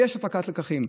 ויש הפקת לקחים,